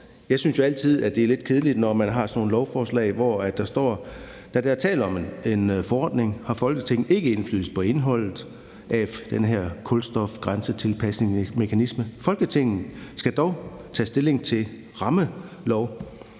Jeg synes jo altid, det er lidt kedeligt, når man har sådan nogle lovforslag, hvor der står: Da der er tale om en forordning, har Folketinget ikke indflydelse på indholdet af den her kulstofgrænsetilpasningsmekanisme. Folketinget skal dog tage stilling til en rammelov,